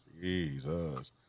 jesus